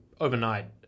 overnight